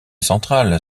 central